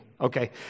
Okay